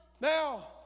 Now